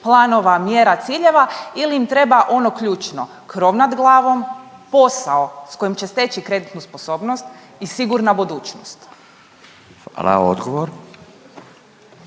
planova, mjera, ciljeva ili im treba ono ključno, krov nad glavom, posao s kojim će steći kreditnu sposobnost i sigurna budućnost? **Radin,